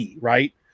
right